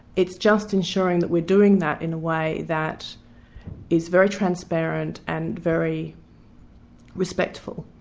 it's just ensuring that we're doing that in a way that is very transparent and very respectful,